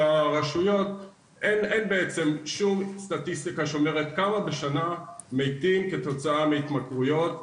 אין בעצם שום סטטיסטיקה שאומרת כמה בשנה מתים כתוצאה מהתמכרויות,